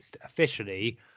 officially